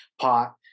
pot